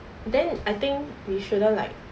then I think we shouldn't like